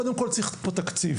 קודם כל צריך פה תקציב